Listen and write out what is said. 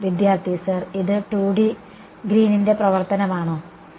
വിദ്യാർത്ഥി സർ ഇത് 2D ഗ്രീനിന്റെ പ്രവർത്തനമാണോ Green's function